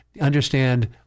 understand